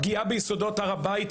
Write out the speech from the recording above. הפגיעה ביסודות הר הבית,